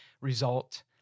result